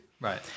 Right